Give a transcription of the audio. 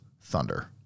Thunder